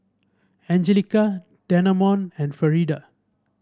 Anjelica Dameon and Frieda